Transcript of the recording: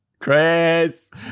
Chris